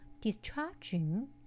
discharging